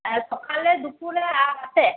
হ্যাঁ সকালে দুপুরে আর রাতে